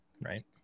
Right